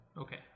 Okay